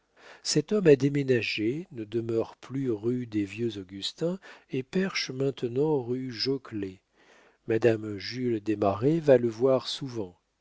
cet homme a déménagé ne demeure plus rue des vieux augustins et perche maintenant rue joquelet madame jules desmarets va le voir souvent